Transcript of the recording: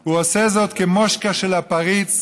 הוא עושה זאת כמושקה של הפריץ,